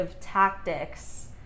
tactics